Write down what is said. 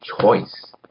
choice